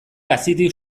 hazitik